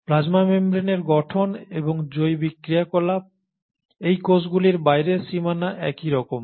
plasma মেমব্রেনের গঠন এবং জৈবিক ক্রিয়াকলাপ এই কোষগুলির বাইরের সীমানা একইরকম